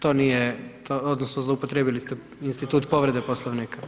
To nije odnosno zloupotrijebili ste institut povrede Poslovnika.